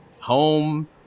home